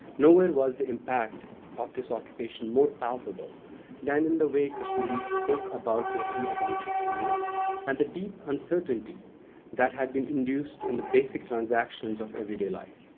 nowhere was the impact of this occupation more palpable than in the way kashmiris spoke about their inability to move and the deep uncertainty that had been induced in the basic transactions of everyday life.